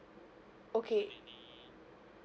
okay